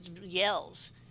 yells